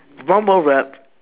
mumble rap